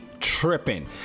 tripping